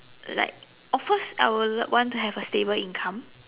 like of course I will love want to have a stable income